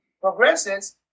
progresses